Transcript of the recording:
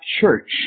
church